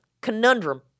conundrum